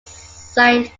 saint